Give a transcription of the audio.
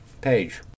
page